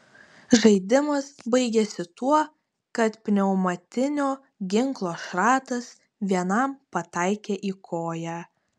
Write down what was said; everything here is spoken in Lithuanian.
žaidimas baigėsi tuo kad pneumatinio ginklo šratas vienam pataikė į koją